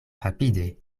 rapide